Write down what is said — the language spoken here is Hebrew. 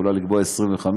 היא יכולה לקבוע 25%,